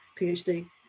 PhD